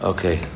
Okay